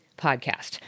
podcast